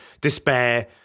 despair